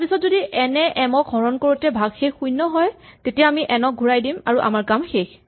তাৰপাছত যদি এন এ এম ক হৰণ কৰোতে ভাগশেষ শূণ্য হয় তেতিয়া আমি এন ক ঘূৰাই দিম আৰু আমাৰ কাম শেষ